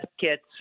kits